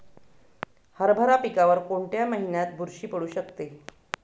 हरभरा पिकावर कोणत्या महिन्यात बुरशी पडू शकते?